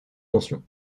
mentions